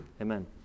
amen